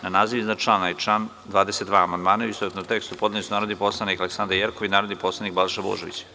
Na naziv iznad člana i član 22. amandmane u istovetnom tekstu podneli su narodni poslanik mr Aleksandra Jerkov i narodni poslanik Balša Božović.